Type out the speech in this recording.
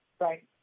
Right